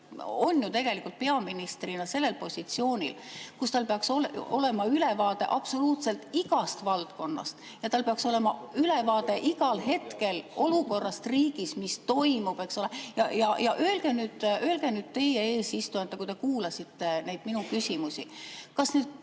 on ju tegelikult sellel positsioonil, kus tal peaks olema ülevaade absoluutselt igast valdkonnast ja tal peaks olema ülevaade igal hetkel olukorrast riigis, sellest, mis toimub, eks ole. Öelge nüüd teie eesistujana, kui te kuulasite minu küsimusi: kas need